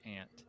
aunt